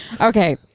Okay